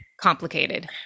complicated